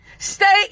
stay